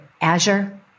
Azure